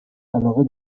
علاقه